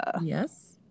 Yes